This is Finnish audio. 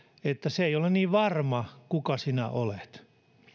että se ei ole niin varmaa kuka sinä olet